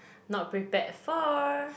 not prepared for